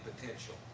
potential